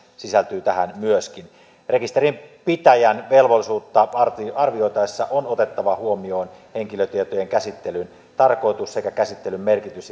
sisältyy tähän rekisterinpitäjän velvollisuutta arvioitaessa on otettava huomioon henkilötietojen käsittelyn tarkoitus sekä käsittelyn merkitys